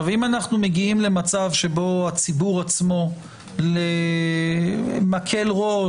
אם אנחנו מגיעים למצב שבו הציבור עצמו מקל ראש,